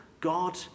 God